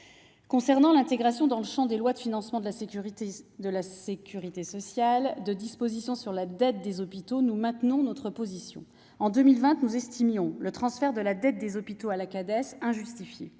concerne l'intégration, dans le champ des lois de financement de la sécurité sociale, de dispositions sur la dette des hôpitaux, nous maintenons notre position : en 2020, nous estimions que le transfert de la dette des hôpitaux à la Cades était injustifié.